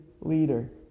leader